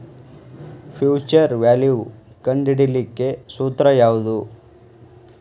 Future value ಕಂಢಿಡಿಲಿಕ್ಕೆ ಸೂತ್ರ ಯಾವ್ದು?